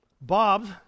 Bob